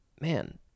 Man